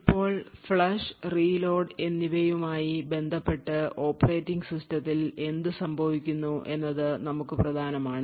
ഇപ്പോൾ flush reload എന്നിവയുമായി ബന്ധപ്പെട്ട് ഓപ്പറേറ്റിംഗ് സിസ്റ്റത്തിൽ എന്ത് സംഭവിക്കുന്നു എന്നത് നമുക്ക് പ്രധാനമാണ്